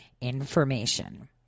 information